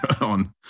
on